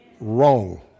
Wrong